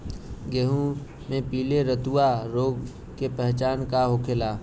गेहूँ में पिले रतुआ रोग के पहचान का होखेला?